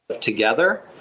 together